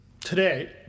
Today